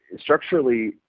structurally